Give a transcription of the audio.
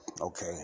okay